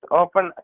open